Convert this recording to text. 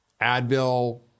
Advil